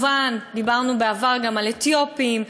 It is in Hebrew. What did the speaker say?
דיברנו בעבר כמובן גם על אתיופים,